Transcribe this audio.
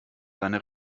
seine